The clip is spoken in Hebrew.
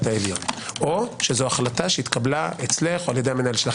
העליון או זו החלטה שהתקבלה אצלך על ידי המנהל שלך?